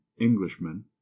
englishman